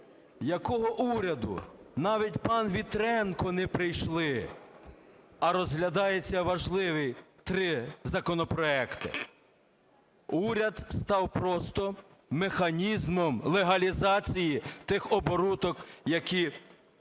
Якого уряду? Навіть пан Вітренко не прийшли, а розглядаються важливі три законопроекти. Уряд став просто механізмом легалізації тих оборудок, які проводить